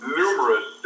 numerous